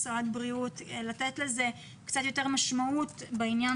אישור משרד הבריאות לתת לזה קצת יותר משמעות בעניין